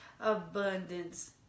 abundance